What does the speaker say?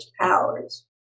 powers